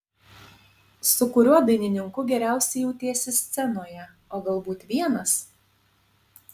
su kuriuo dainininku geriausiai jautiesi scenoje o galbūt vienas